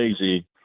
lazy